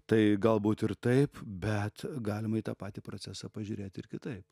tai galbūt ir taip bet galima į tą patį procesą pažiūrėti ir kitaip